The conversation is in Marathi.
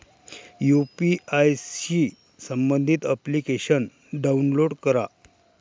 यू.पी.आय शी संबंधित अप्लिकेशन डाऊनलोड करा